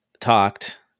talked